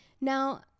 Now